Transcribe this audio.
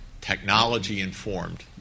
technology-informed